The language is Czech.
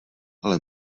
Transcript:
ale